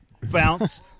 Bounce